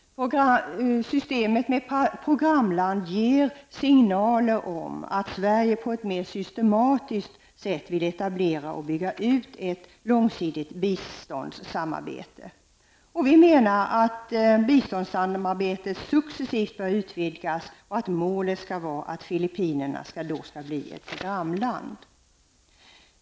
Systemet med programländer ger ju en signal om att Sverige på ett mera systematiskt sätt vill etablera och bygga ut ett långsiktigt biståndssamarbete. Vi menar alltså att biståndssamarbetet successivt bör utvidgas och att målet skall vara att Filippinerna blir ett programland.